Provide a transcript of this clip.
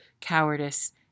cowardice